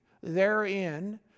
therein